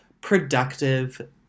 productive